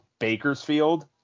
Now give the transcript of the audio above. Bakersfield